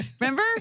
Remember